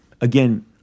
Again